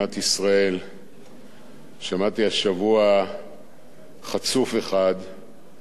שמעתי השבוע חצוף אחד קורא לו: סוס טרויאני.